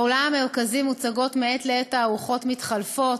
באולם המרכזי בבית מוצגות מעת לעת תערוכות מתחלפות.